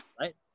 Right